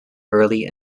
early